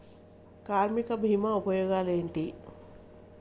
కార్మిక బీమా ఉపయోగాలేంటి?